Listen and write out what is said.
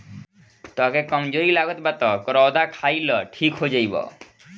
तहके कमज़ोरी लागत बा तअ करौदा खाइ लअ ठीक हो जइब